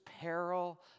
peril